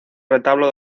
retablo